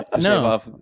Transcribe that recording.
No